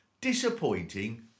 Disappointing